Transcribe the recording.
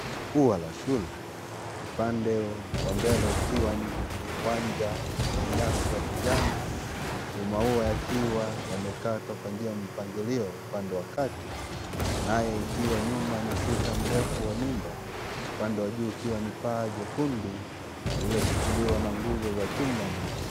Ua la shule upande wa mbele ukiwa ni uwanja wenye nyasi ya kijani mauwa yakiwa yamekatwa kwa njia ya mpangilio upande wa kati naye ikiwa nyuma ni kuta mrefu wa nyumba, upande wa juu ikiwa ni paa jekundu lililoshikiliwa na nguzo za chuma nyeusi.